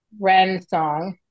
Rensong